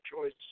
choice